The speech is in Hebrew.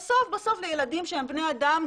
בסוף בסוף לילדים שהם בני-אדם,